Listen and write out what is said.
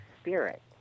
spirit